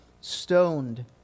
stoned